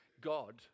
God